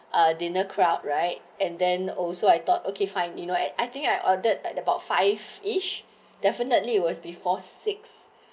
a dinner crowd right and then also I thought okay fine you know I I think I ordered like about five each definitely it was before six